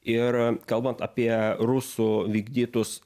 ir kalbant apie rusų vykdytus